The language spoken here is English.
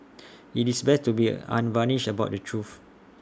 IT is best to be unvarnished about the truth